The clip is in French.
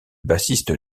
bassiste